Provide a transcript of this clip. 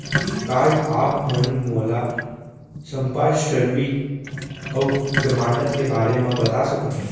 का आप मन मोला संपार्श्र्विक अऊ जमानत के बारे म बता सकथव?